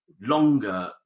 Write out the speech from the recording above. longer